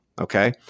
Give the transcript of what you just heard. Okay